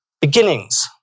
Beginnings